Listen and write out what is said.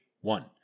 one